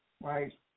Right